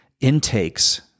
intakes